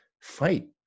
fight